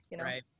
right